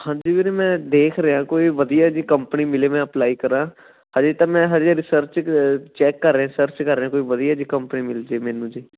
ਹਾਂਜੀ ਵੀਰੇ ਮੈਂ ਦੇਖ ਰਿਹਾ ਕੋਈ ਵਧੀਆ ਜਿਹੀ ਕੰਪਨੀ ਮਿਲੇ ਮੈਂ ਅਪਲਾਈ ਕਰਾਂ ਹਜੇ ਤਾਂ ਮੈਂ ਹਜੇ ਰੀਸਰਚ ਚੈੱਕ ਰਿਹਾ ਸਰਚ ਕਰ ਰਿਹਾ ਕੋਈ ਵਧੀਆ ਜਿਹੀ ਕੰਪਨੀ ਮਿਲ ਜੇ ਮੈਨੂੰ ਜੀ